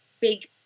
big